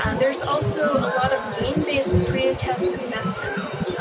um there's also a lot of game-based pre-test assessments.